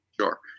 Sure